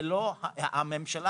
הממשלה